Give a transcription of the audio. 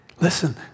Listen